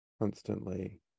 constantly